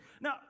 Now